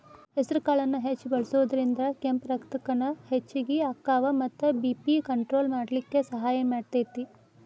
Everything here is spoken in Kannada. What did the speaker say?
ಹೆಸರಕಾಳನ್ನ ಹೆಚ್ಚ್ ಬಳಸೋದ್ರಿಂದ ಕೆಂಪ್ ರಕ್ತಕಣ ಹೆಚ್ಚಗಿ ಅಕ್ಕಾವ ಮತ್ತ ಬಿ.ಪಿ ಕಂಟ್ರೋಲ್ ಮಾಡ್ಲಿಕ್ಕೆ ಸಹಾಯ ಮಾಡ್ತೆತಿ